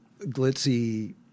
glitzy